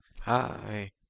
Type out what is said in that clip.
Hi